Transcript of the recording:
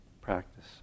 practice